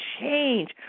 change